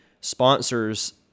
sponsors